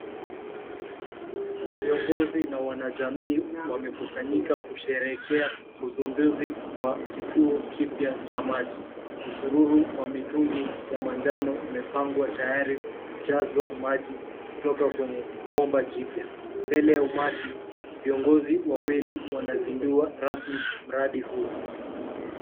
Viongozi na wanajamii wamekusanyika kusherehekea uzinduzi wa kituo kipya cha maji. Msururu wa mitungi ya manjano umepangwa tayari kujazwa maji kutoka kwenye bomba jipya. Mbele ya umati, viongozi wawili wanazindua rasmi mradi huo.